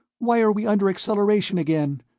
why are we under acceleration again?